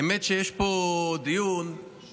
האמת היא שיש פה דיון שהתפתח,